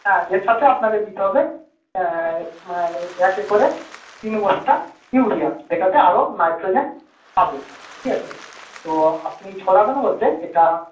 হ্যাঁ এর সাথে আপনাকে দিতে হবে একে করে তিন বস্তা ইউরিয়া যেটাতে আরও নাইট্রোজেন পাবে ঠিক আছে তো আপনি ছড়াবেন বলতে এটা